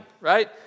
right